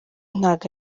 ntago